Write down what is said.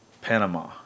Panama